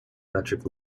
metric